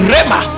Rema